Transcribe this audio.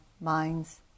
minds